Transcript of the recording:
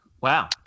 Wow